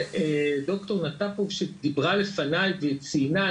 ד"ר נטפוב שדיברה לפניי ציינה,